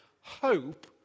hope